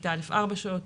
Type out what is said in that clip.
בכיתה א' 4 שעות,